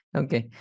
okay